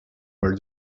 where